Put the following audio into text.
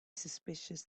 suspicious